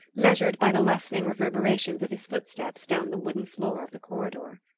measured by the lessening reverberations of his footsteps down the wooden floor of the corridor.